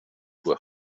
were